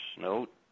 note